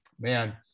man